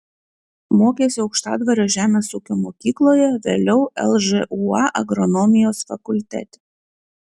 mokėsi aukštadvario žemės ūkio mokykloje vėliau lžūa agronomijos fakultete